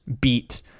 beat